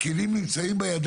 הכנסות הרשות הן נגזרות